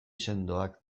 sendoak